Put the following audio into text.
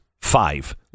Five